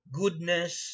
goodness